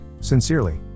Sincerely